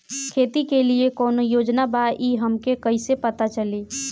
खेती के लिए कौने योजना बा ई हमके कईसे पता चली?